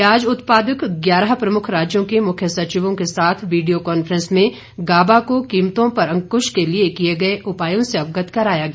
प्याज उत्पादक ग्यारह प्रमुख राज्यों के मुख्य सचिवों के साथ वीडियो कॉन्फ्रेंस में गाबा को कीमतों पर अंकृश के लिए किए गए उपायों से अवगत कराया गया